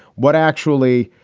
what? actually,